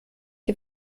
die